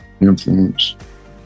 influence